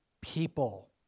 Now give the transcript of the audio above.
people